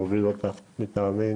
מוביל אותה מטעמינו.